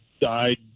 died